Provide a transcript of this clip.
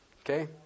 Okay